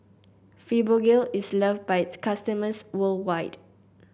Fibogel is loved by its customers worldwide